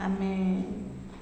ଆମେ